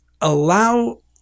allow